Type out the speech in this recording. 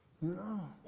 No